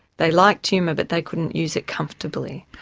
they liked humour, but they couldn't use it comfortably.